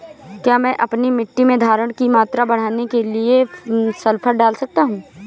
क्या मैं अपनी मिट्टी में धारण की मात्रा बढ़ाने के लिए सल्फर डाल सकता हूँ?